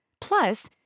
Plus